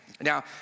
Now